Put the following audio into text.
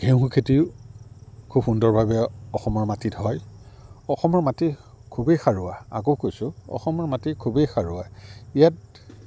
ঘেঁহু খেতিও খুব সুন্দৰভাৱে অসমৰ মাটিত হয় অসমৰ মাটি খুবেই সাৰুৱা আকৌ কৈছোঁ অসমৰ মাটি খুবেই সাৰুৱা ইয়াত